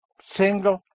single